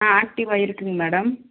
ஆ ஆக்டிவா இருக்குங்க மேடம்